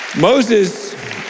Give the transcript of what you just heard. Moses